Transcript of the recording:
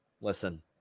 listen